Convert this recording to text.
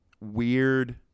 Weird